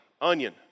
Onion